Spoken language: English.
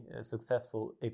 successful